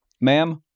Ma'am